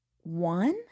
one